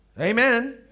Amen